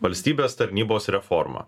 valstybės tarnybos reforma